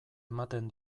ematen